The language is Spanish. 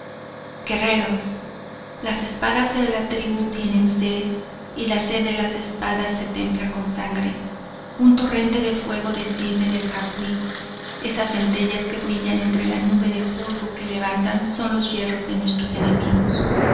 guerreros las espadas de la tribu tienen sed y la sed de las espadas se templa con sangre un torrente de fuego desciende del jabwi esas centellas que brillan entre la nube de polvo que levantan son los hierros de nuestros enemigos